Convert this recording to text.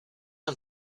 tam